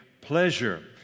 pleasure